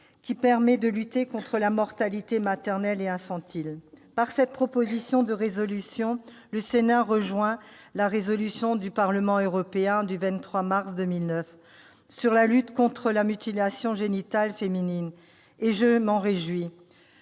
qui permet de lutter contre la mortalité maternelle et infantile. Par cette proposition de résolution, le Sénat rejoint la résolution du Parlement européen du 23 mars 2009 sur la lutte contre les mutilations génitales féminines. Je m'en réjouis.